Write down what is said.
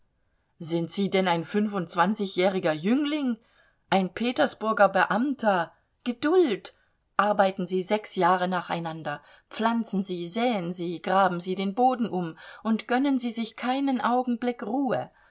sind sie denn ein fünfundzwanzigjähriger jüngling ein petersburger beamter geduld arbeiten sie sechs jahre nacheinander pflanzen sie säen sie graben sie den boden um und gönnen sie sich keinen augenblick ruhe